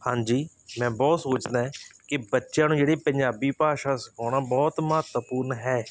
ਹਾਂਜੀ ਮੈਂ ਬਹੁਤ ਸੋਚਦਾ ਕਿ ਬੱਚਿਆਂ ਨੂੰ ਜਿਹੜੀ ਪੰਜਾਬੀ ਭਾਸ਼ਾ ਸਿਖਾਉਣਾ ਬਹੁਤ ਮਹੱਤਵਪੂਰਨ ਹੈ